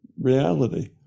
reality